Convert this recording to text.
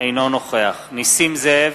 אינו נוכח נסים זאב,